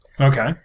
Okay